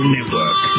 Network